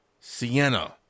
Sienna